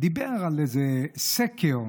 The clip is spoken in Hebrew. דיבר על איזה סקר,